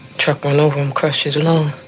truck run over him, crushed his lung.